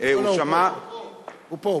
לא לא, הוא פה.